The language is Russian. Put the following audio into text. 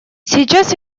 сейчас